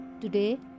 Today